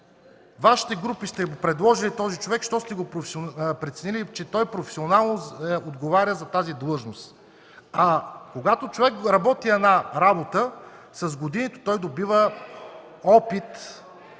групи сте предложили този човек, защото сте преценили, че професионално отговаря за тази длъжност. Когато човек работи една работа, с годините добива опит